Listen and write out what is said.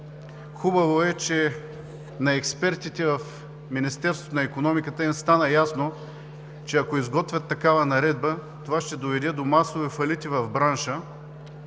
Хубаво е, че на експертите в Министерството на икономиката стана ясно, че ако изготвят такава наредба, това ще доведе до масови фалити в бранша